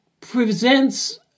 presents